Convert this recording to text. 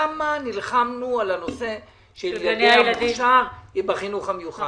כמה נלחמנו על הנושא של ילדי המוכש"ר בחינוך המיוחד?